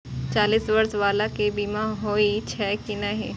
चालीस बर्ष बाला के बीमा होई छै कि नहिं?